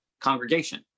congregation